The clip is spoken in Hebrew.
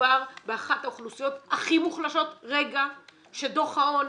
מדובר באחת האוכלוסיות הכי מוחלשות שדוח העוני